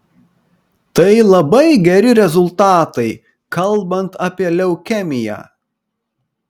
tai labai geri rezultatai kalbant apie leukemiją